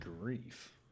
grief